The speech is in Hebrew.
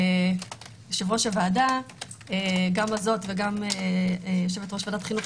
יושב-ראש הוועדה ויושבת-ראש ועדת חינוך,